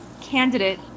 candidate